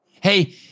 Hey